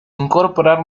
incorporar